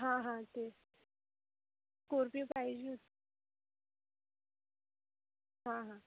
हां हां तेच स्कोर्पिओ पाहिजे हो हां हां